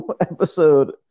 episode